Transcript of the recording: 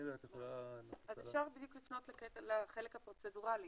אפשר לפנות לחלק הפרוצדורלי,